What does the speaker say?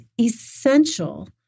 essential